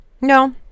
No